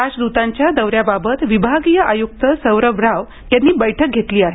राजदूतांच्या दौऱ्याबाबत विभागीय आयुक्त सौरभ राव यांनी बैठक घेतली आहे